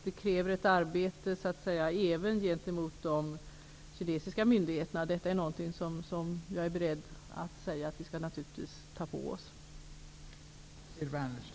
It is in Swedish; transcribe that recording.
Det kräver alltså ett arbete även gentemot de kinesiska myndigheterna. Jag är beredd att säga att vi naturligtvis skall ta på oss detta.